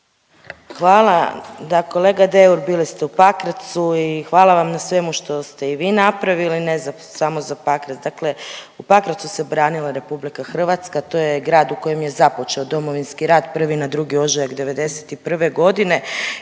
Hvala. Da, kolega Deur, bili ste u Pakracu i hvala vam na svemu što ste i vi napravili, ne samo za Pakrac. Dakle u Pakracu se branila RH, to je grad u kojem je započeo Domovinski rat, 1. na 2. ožujak '91. g.